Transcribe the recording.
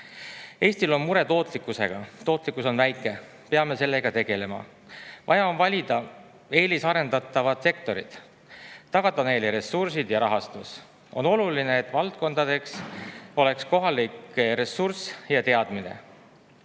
Eestil on mure tootlikkusega, tootlikkus on väike, peame sellega tegelema. Vaja on valida eelisarendatavad sektorid, tagada neile ressursid ja rahastus. On oluline, et valdkondades oleks kohalik ressurss ja teadmine.